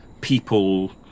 people